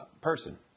person